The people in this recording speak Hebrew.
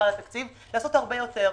לעשות הרבה יותר.